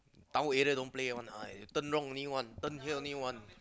tower area don't play want lah turn wrong only one turn here only one